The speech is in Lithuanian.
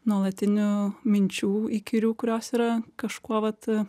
nuolatinių minčių įkyrių kurios yra kažkuo vat